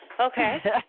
Okay